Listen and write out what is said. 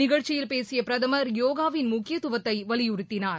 நிகழ்ச்சியில் பேசிய பிரதமர் யோகாவின் முக்கியத்துவத்தை வலியுறுத்தினார்